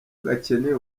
gakeneye